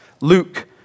Luke